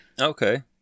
Okay